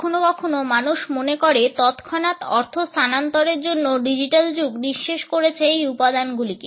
কখনো কখনো মানুষ মনে করে তৎক্ষণাৎ অর্থের স্থানান্তরের জন্য ডিজিটাল যুগ নিঃশেষ করেছে এই উপাদানগুলিকে